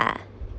ah